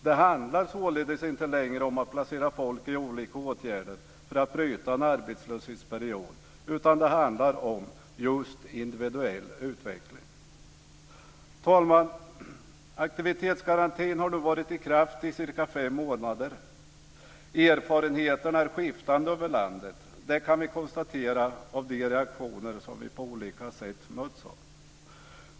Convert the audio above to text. Det handlar således inte längre om att placera folk i olika åtgärder för att bryta en arbetslöshetsperiod, utan det handlar om just individuell utveckling. Herr talman! Aktivitetsgarantin har nu varit i kraft i cirka fem månader. Erfarenheterna skiftar över landet. Det kan vi konstatera utifrån den reaktioner som vi på olika sätt möts av.